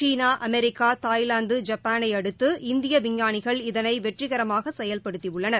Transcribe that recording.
சீனா America Thailand ஜப்பாளை அடுத்து இந்திய விஞ்ஞானிகள் இதனை வெற்றிகரமாக செயல்படுத்தியுள்ளனர்